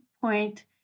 point